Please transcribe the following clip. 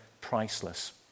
priceless